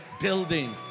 building